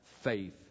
faith